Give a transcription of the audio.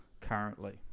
currently